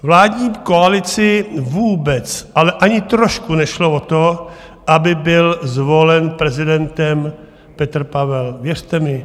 Vládní koalici vůbec, ale ani trošku nešlo o to, aby byl zvolen prezidentem Petr Pavel, věřte mi.